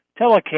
telecare